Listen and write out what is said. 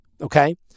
okay